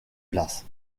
place